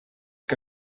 que